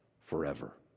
forever